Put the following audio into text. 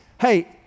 hey